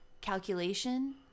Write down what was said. calculation